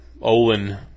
Olin